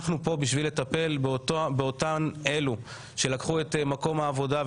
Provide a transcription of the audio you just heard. אנחנו פה בשביל לטפל באותן אלו שלקחו את מקום העבודה,